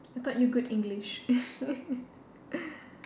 I taught you good English